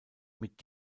mit